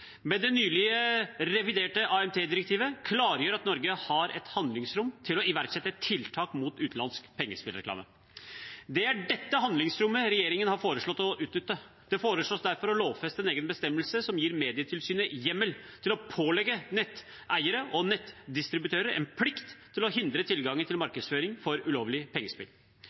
det nylig reviderte AMT-direktivet klargjør at Norge har et handlingsrom til å iverksette tiltak mot utenlandsk pengespillreklame. Det er dette handlingsrommet regjeringen har foreslått å utnytte. Det foreslås derfor å lovfeste en egen bestemmelse som gir Medietilsynet hjemmel til å pålegge netteiere og nettdistributører en plikt til å hindre tilgangen til markedsføring for ulovlige pengespill.